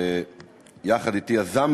שיחד אתי יזמו